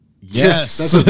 Yes